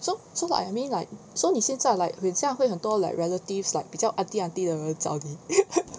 so so like I mean like so 你现在 like 很像会很多 like relatives like 比较 aunty aunty 的人找你